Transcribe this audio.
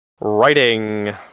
writing